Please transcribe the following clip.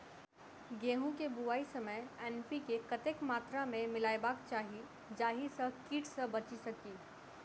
गेंहूँ केँ बुआई समय एन.पी.के कतेक मात्रा मे मिलायबाक चाहि जाहि सँ कीट सँ बचि सकी?